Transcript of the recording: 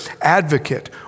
advocate